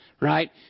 right